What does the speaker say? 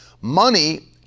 Money